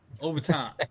overtime